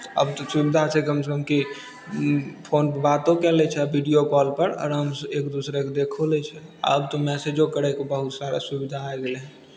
आब तऽ सुविधा छै कमसँ कम कि फोनपर बातो कए लै छै आ वीडियो कॉलपर आरामसँ एक दूसरेकेँ देखो लै छै आब तऽ मैसेजो करयके बहुत सारा सुविधा आबि गेलै हन